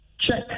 check